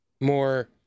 more